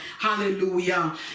Hallelujah